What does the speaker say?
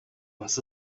бас